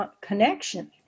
connection